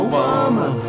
Obama